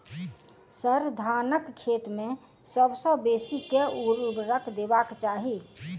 sir, धानक खेत मे सबसँ बेसी केँ ऊर्वरक देबाक चाहि